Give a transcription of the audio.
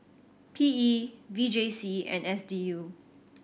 P E V J C and S D U